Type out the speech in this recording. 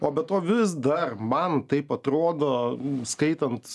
o be to vis dar man taip atrodo skaitant